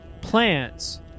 Plants